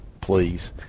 please